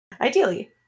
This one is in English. Ideally